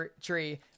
tree